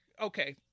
Okay